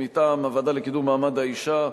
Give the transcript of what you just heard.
ומטעם הוועדה לקידום מעמד האשה,